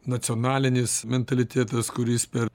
nacionalinis mentalitetas kuris per